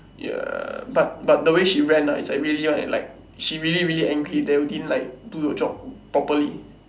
ya but but the way she rant ah is like really one eh like she really really angry that we didn't like do the job properly